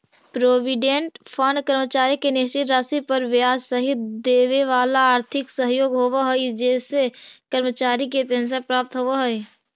provident fund कर्मचारी के निश्चित राशि पर ब्याज सहित देवेवाला आर्थिक सहयोग होव हई जेसे कर्मचारी के पेंशन प्राप्त होव हई